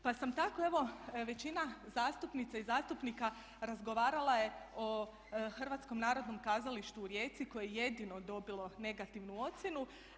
Pa sam tako, evo većina zastupnica i zastupnika razgovarala je o Hrvatskom narodnom kazalištu u Rijeci koje je jedino dobilo negativnu ocjenu.